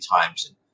times